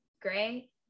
gray